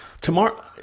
tomorrow